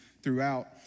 Throughout